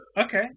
Okay